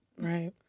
Right